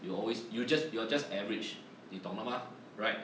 you always you just you're just average 你懂了吗 right